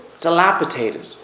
dilapidated